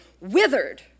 withered